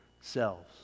selves